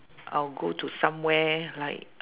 I'll go to somewhere like